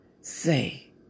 say